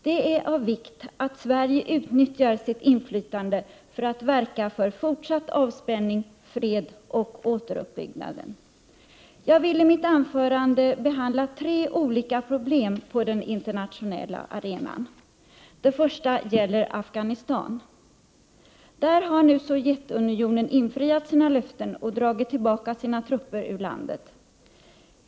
Det är av vikt att Sverige utnyttjar sitt inflytande för att verka för fortsatt avspänning, fred och återuppbyggande. Jag vill i mitt anförande behandla tre olika problem på den internationella arenan. Det första gäller Afghanistan. Där har nu Sovjetunionen infriat sina löften och dragit tillbaka sina trupper ur landet.